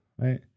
right